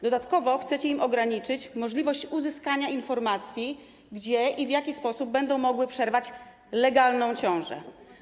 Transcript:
Dodatkowo chcecie im ograniczyć możliwość uzyskania informacji, gdzie i w jaki sposób będą mogły przerwać legalnie ciążę.